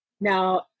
Now